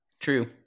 True